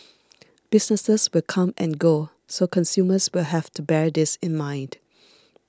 businesses will come and go so consumers will have to bear this in mind